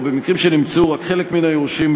ובמקרים שנמצאו רק חלק מן היורשים,